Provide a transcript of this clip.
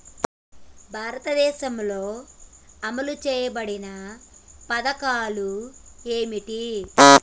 భారతదేశంలో అమలు చేయబడిన పథకాలు ఏమిటి?